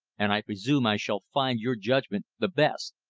and i presume i shall find your judgment the best,